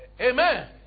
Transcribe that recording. Amen